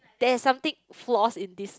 there is something flaws in this